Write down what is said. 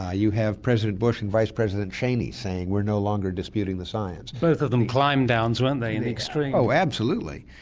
ah you have president bush and vice-president cheney saying we're no longer disputing the science. both of them climb-downs, weren't they, in the extreme. oh absolutely.